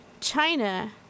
China